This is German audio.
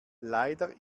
leider